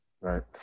Right